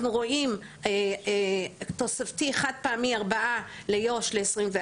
אנחנו רואים תוספתי חד פעמי 4 ליו"ש ל-2024.